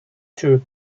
two